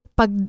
pag